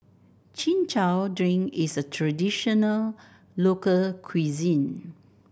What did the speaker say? Chin Chow Drink is a traditional local cuisine